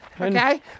Okay